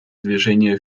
движения